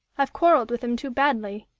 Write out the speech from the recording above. i've quarrelled with them too badly.